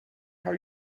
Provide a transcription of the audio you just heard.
how